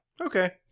Okay